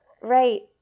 Right